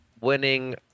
winning